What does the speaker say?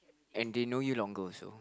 and they know you longer also